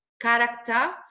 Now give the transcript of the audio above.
character